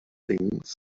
things